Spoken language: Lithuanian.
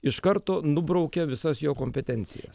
iš karto nubraukia visas jo kompetencijas